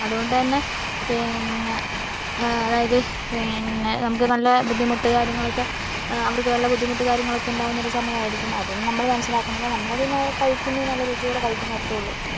അതുകൊണ്ട് തന്നെ പിന്നെ അതായത് പിന്നെ നമുക്ക് നല്ല ബുദ്ധിമുട്ട് കാര്യങ്ങളൊക്കെ അവർക്ക് നല്ല ബുദ്ധിമുട്ട് കാര്യങ്ങളൊക്കെ ഉണ്ടാകുന്നൊരു സമയമായിരിക്കും അത് നമ്മള് മനസ്സിലാക്കുന്നില്ല നമ്മളത് അത് എന്നാൽ കഴിക്കുന്നു നല്ല രുചിയോടെ കഴിക്കുന്നു അത്രേയുള്ളൂ